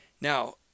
Now